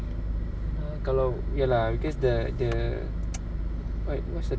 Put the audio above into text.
kalau ya lah because the the like what's the